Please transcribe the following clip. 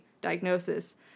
diagnosis